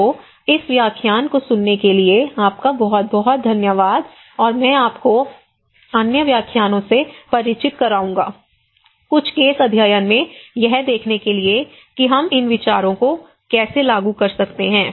तो इस व्याख्यान को सुनने के लिए आपका बहुत बहुत धन्यवाद और मैं आपको अन्य व्याख्यानों से परिचित कराऊंगा कुछ केस अध्ययन में यह देखने के लिए कि हम इन विचारों को कैसे लागू कर सकते हैं